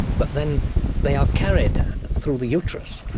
but then they are carried through the uterus